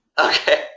Okay